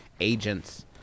agents